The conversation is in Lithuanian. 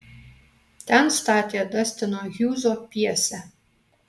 ten statė dastino hjūzo pjesę